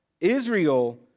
Israel